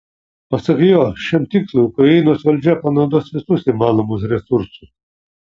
pasak jo šiam tikslui ukrainos valdžia panaudos visus įmanomus resursus